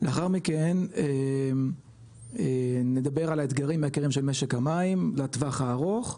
לאחר מכן נדבר על האתגרים של משק המים לטווח הארוך,